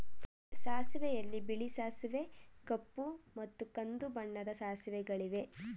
ಸಾಸಿವೆಯಲ್ಲಿ ಬಿಳಿ ಸಾಸಿವೆ ಕಪ್ಪು ಮತ್ತು ಕಂದು ಬಣ್ಣದ ಸಾಸಿವೆಗಳಿವೆ